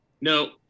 no